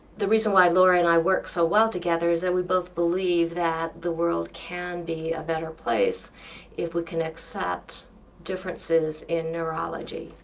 the reason why laura and i work so well together is that we both believe that the world can be a better place if we can accept differences in neurology,